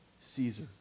Caesar